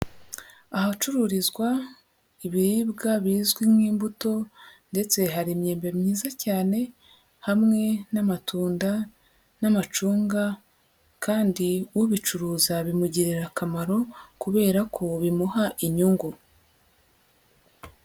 Ahacururizwa ibiribwa bizwi nk'imbuto ndetse hari imyembe myiza cyane hamwe n'amatunda n'amacunga kandi ubicuruza bimugirira akamaro kubera ko bimuha inyungu.